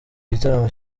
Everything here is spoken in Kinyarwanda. gitaramo